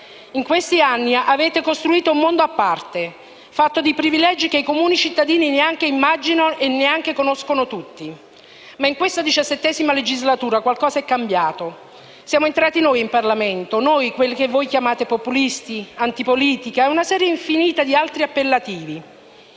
In questi anni avete costruito un mondo a parte, fatto di privilegi che i comuni cittadini neanche immaginano e neanche conoscono tutti. Ma in questa XVII legislatura qualcosa è cambiato: siamo entrati noi in Parlamento, noi, quelli che voi chiamate populisti, antipolitica e una serie infinita di altri appellativi.